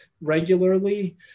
regularly